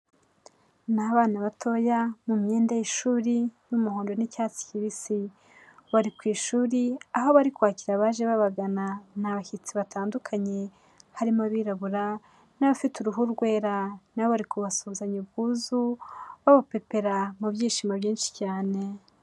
Ni abana batoya, mu myenda y'ishuri, n'umuhondo, n'icyatsi kibisi, bari ku ishuri aho bari kwakira abaje babagana, ni abashyitsi batandukanye harimo abirabura, n'abafite uruhu rwera, nabo bari kubasuhuzanya ubwuzu babapepera mu byishimo byinshi cyane.